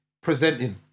presenting